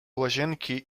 łazienki